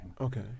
Okay